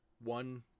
One